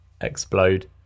explode